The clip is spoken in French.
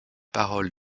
paroles